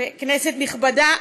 כנסת נכבדה,